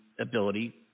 ability